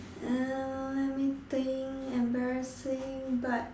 um let me think embarrassing but